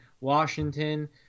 Washington